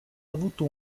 avuto